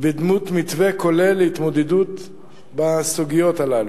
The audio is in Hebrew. בדמות מתווה כולל להתמודדות בסוגיות הללו.